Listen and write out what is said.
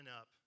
up